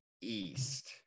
east